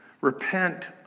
repent